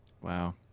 wow